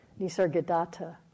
Nisargadatta